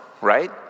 right